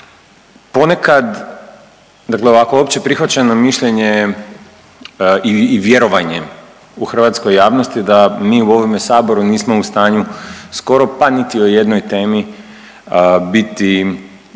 Ponekad, dakle ovako opće prihvaćeno mišljenje i vjerovanje u hrvatskoj javnosti je da mi u ovom Saboru nismo u stanju skoro pa niti o jednoj temi biti